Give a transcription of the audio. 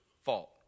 fault